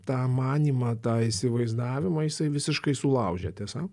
tą manymą tą įsivaizdavimą jisai visiškai sulaužė tiesa